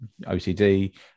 ocd